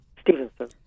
Stevenson